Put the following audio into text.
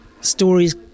stories